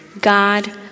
God